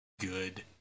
good